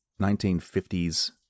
1950s